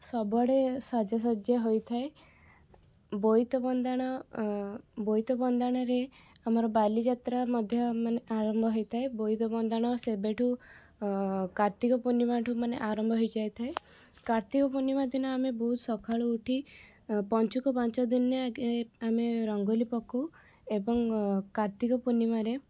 ସବୁଆଡ଼େ ସାଜସଜ୍ୟା ହୋଇଥାଏ ବୋଇତ ବନ୍ଦାଣ ବୋଇତ ବନ୍ଦାଣରେ ଆମର ବାଲିଯାତ୍ରା ମଧ୍ୟ ମାନେ ଆରମ୍ଭ ହୋଇଥାଏ ବୋଇତ ବନ୍ଦାଣ ସେବେଠୁ କାର୍ତ୍ତିକ ପୂର୍ଣ୍ଣିମାଠୁ ମାନେ ଆରମ୍ଭ ହେଇଯାଇ ଥାଏ କାର୍ତ୍ତିକ ପୂର୍ଣ୍ଣିମା ଦିନ ଆମେ ବହୁତ ସଖାଳୁ ଉଠି ପଞ୍ଚୁକ ପାଞ୍ଚଦିନିଆ କି ଆମେ ରଙ୍ଗଲି ପକଉ ଏବଂ କାର୍ତ୍ତିକ ପୂର୍ଣ୍ଣିମା ରେ